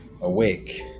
Awake